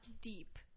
deep